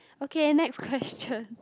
okay next question